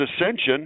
ascension